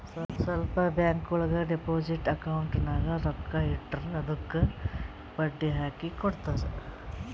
ಸ್ವಲ್ಪ ಬ್ಯಾಂಕ್ಗೋಳು deposit account ನಾಗ್ ರೊಕ್ಕಾ ಇಟ್ಟುರ್ ಅದ್ದುಕ ಬಡ್ಡಿ ಹಾಕಿ ಕೊಡ್ತಾರ್